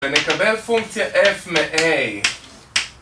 ונקבל פונקציה f מ-a